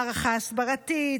מערכה הסברתית,